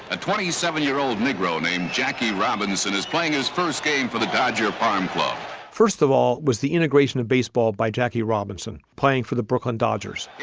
a twenty seven year old negro named jackie robinson is playing his first game for the dodger farm club first of all, was the integration of baseball by jackie robinson playing for the brooklyn dodgers.